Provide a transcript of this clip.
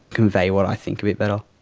convey what i think a bit better.